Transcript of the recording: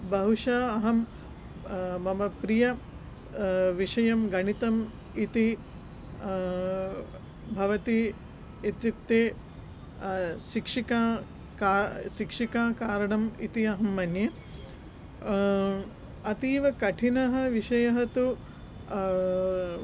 बहुशः अहं मम प्रिय विषयं गणितं इति भवति इत्युक्ते शिक्षिका का शिक्षिका कारणं इति अहं मन्ये अतीव कठिनः विषयः तु